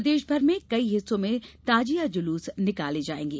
प्रदेशभर के कई हिस्सों में ताजिया जुलूस निकाले जायेंगे